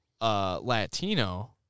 Latino